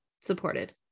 supported